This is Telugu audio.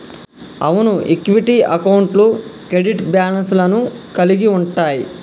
అవును ఈక్విటీ అకౌంట్లు క్రెడిట్ బ్యాలెన్స్ లను కలిగి ఉంటయ్యి